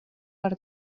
per